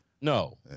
No